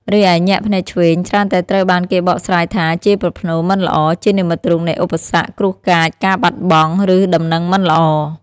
រីឯ ញាក់ភ្នែកឆ្វេង ច្រើនតែត្រូវបានគេបកស្រាយថាជាប្រផ្នូល មិនល្អ ជានិមិត្តរូបនៃឧបសគ្គ គ្រោះកាច ការបាត់បង់ ឬដំណឹងមិនល្អ។